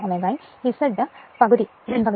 01 Ω ഉം Z ഉം പകുതി നൽകി